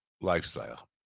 lifestyle